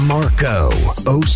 Marco